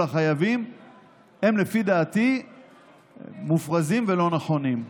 החייבים הם לפי דעתי מופרזים ולא נכונים.